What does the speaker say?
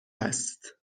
است